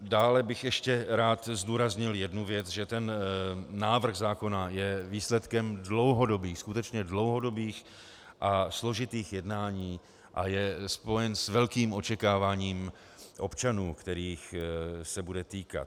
Dále bych ještě rád zdůraznil jednu věc, že ten návrh zákona je výsledkem dlouhodobých, skutečně dlouhodobých a složitých jednání a je spojen s velkým očekáváním občanů, kterých se bude týkat.